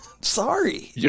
sorry